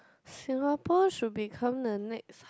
Singapore should become the next